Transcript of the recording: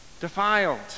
defiled